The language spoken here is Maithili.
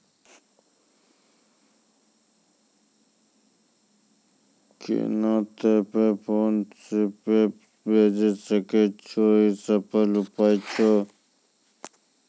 पैसा तोय फोन पे से भैजै सकै छौ? ई सरल उपाय छै?